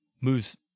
moves